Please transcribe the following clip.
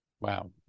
wow